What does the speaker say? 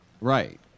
Right